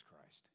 Christ